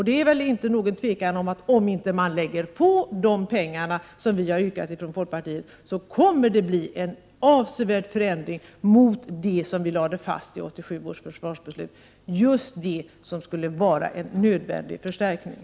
Det är inte något tvivel om att det, om man inte lägger på de pengar som vi från folkpartiet föreslagit, blir en avsevärd förändring i förhållande till vad vi lade fast i 1987 års försvarsbeslut, just det som skulle vara en nödvändig förstärkning.